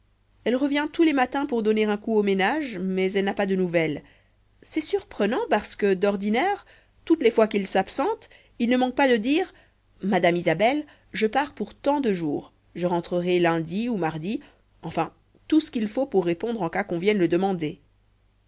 elle revient tous les matins pour donner un coup au ménage mais elle n'a pas de nouvelles c'est surprenant parce que d'ordinaire toutes les fois qu'il s'absente il ne manque pas de dire madame isabelle je pars pour tant de jours je rentrerai lundi ou mardi enfin tout ce qu'il faut pour répondre en cas qu'on vienne le demander